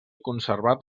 conservat